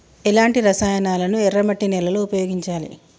ఎలాంటి రసాయనాలను ఎర్ర మట్టి నేల లో ఉపయోగించాలి?